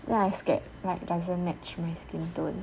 then I scared like doesn't match my skin tone